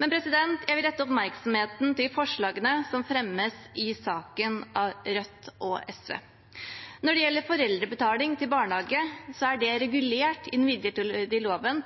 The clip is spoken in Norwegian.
Jeg vil rette oppmerksomheten mot forslagene som fremmes av Rødt og SV i saken. Når det gjelder foreldrebetaling for barnehage, er det regulert i den midlertidige loven